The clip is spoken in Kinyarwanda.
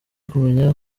kumenya